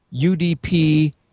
UDP